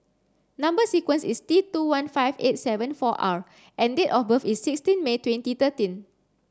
number sequence is T two one five eight three seven four R and date of birth is sixteen May twenty thirteen